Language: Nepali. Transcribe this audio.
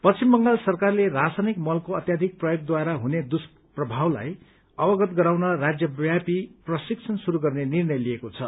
पश्चिम बंगाल सरकारले किसानहरूद्वारा रासायनिक मलको अत्याधिक प्रयोगद्वारा हुने दुष्प्रभावलाई अवगत गराउन राज्यव्यापी प्रशिक्षण शुरू गर्ने निर्णय लिएको छ